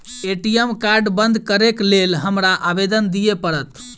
ATM card बंद करैक लेल हमरा आवेदन दिय पड़त?